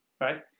right